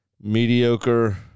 mediocre